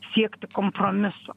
siekti kompromiso